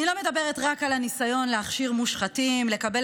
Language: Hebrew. אני לא מדברת רק על הניסיון להכשיר מושחתים לקבל